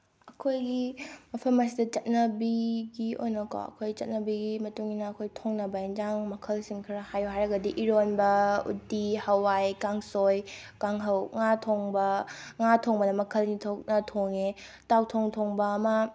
ꯑꯩꯈꯣꯏꯒꯤ ꯃꯐꯝ ꯑꯁꯤꯗ ꯆꯠꯅꯕꯤꯒꯤ ꯑꯣꯏꯅꯀꯣ ꯑꯩꯈꯣꯏ ꯆꯠꯅꯕꯤꯒꯤ ꯃꯇꯨꯡꯏꯟꯅ ꯑꯩꯈꯣꯏ ꯊꯣꯡꯅꯕ ꯑꯦꯟꯁꯥꯡ ꯃꯈꯜꯁꯤꯡ ꯈꯔ ꯍꯥꯏꯌꯣ ꯍꯥꯏꯔꯒꯗꯤ ꯏꯔꯣꯟꯕ ꯎꯇꯤ ꯍꯋꯥꯏ ꯀꯥꯡꯁꯣꯏ ꯀꯥꯡꯉꯧ ꯉꯥ ꯊꯣꯡꯕ ꯉꯥ ꯊꯣꯡꯕꯗ ꯃꯈꯜ ꯑꯅꯤ ꯊꯣꯛꯅ ꯊꯣꯡꯉꯦ ꯇꯥꯎ ꯊꯣꯡ ꯊꯣꯡꯕ ꯑꯃ